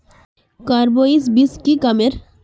Carbine बीस की कमेर?